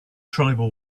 tribal